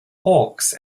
hawks